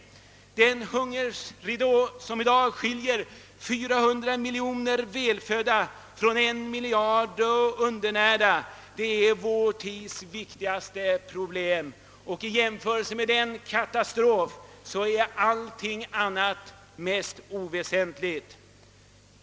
Den hungerridå som i dag skiljer 400 miljoner välfödda människor från 1 miljard undernärda är vår tids viktigaste problem. I jämförelse med den katastrofen är det mesta oväsentligt!